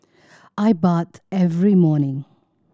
I bath every morning